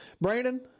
Brandon